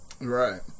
Right